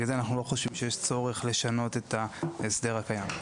לכן אנחנו לא חושבים שיש צורך לשנות את ההסדר הקיים.